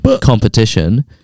competition